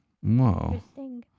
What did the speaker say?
Whoa